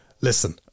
listen